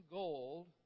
gold